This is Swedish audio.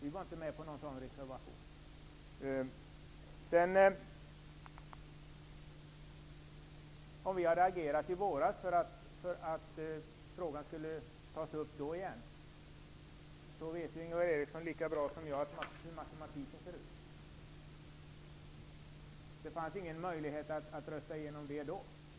Ingvar Eriksson vet lika väl som jag hur matematiken hade fungerat, om vi hade agerat i våras för att frågan skulle ha tagits upp då igen. Det fanns ingen möjlighet att rösta igenom detta då.